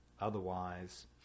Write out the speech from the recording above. Otherwise